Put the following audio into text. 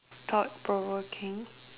thought provoking